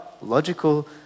logical